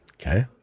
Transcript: Okay